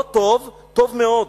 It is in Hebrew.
לא טוב, טוב מאוד.